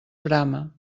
brama